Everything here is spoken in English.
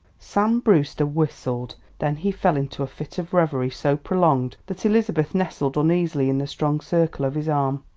sam brewster whistled. then he fell into a fit of revery so prolonged that elizabeth nestled uneasily in the strong circle of his arm.